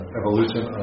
evolution